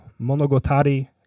Monogotari